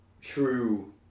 true